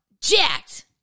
jacked